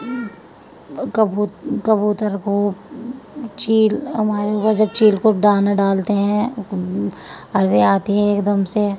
کبوتر کبوتر کو چیل ہمارے اوپر جب چیل کو ڈانا ڈالتے ہیں اور وہ آتی ہے ایک دم سے